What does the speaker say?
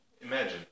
Imagine